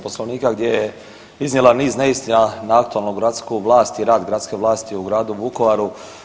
Poslovnika gdje je iznijela niz neistina na aktualnu gradsku vlast i rad gradske vlasti u gradu Vukovaru.